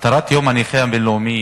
מטרת יום הנכה הבין-לאומי